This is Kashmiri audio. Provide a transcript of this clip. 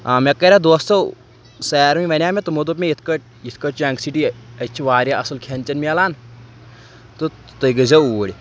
آ مےٚ کَریٛاو دوستو سارِوٕے وَنیٛاو مےٚ تِمُو دوٚپ مےٚ یِتھ کٲٹھۍ یِتھ کٲٹھۍ جَںٛک سِٹی اَتہِ چھِ واریاہ اَصٕل کھؠن چؠن مِلان تہٕ تُہۍ گٔےزیو اُورۍ